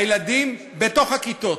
הילדים בתוך הכיתות.